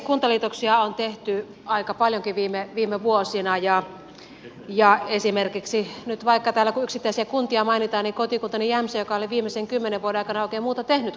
kuntaliitoksia on tehty aika paljonkin viime vuosina esimerkiksi nyt vaikka kun täällä yksittäisiä kuntia mainitaan kotikuntani jämsä joka ei ole viimeisen kymmenen vuoden aikana oikein muuta tehnytkään kuin kuntaliitoksia